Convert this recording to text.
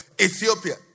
Ethiopia